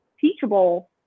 teachable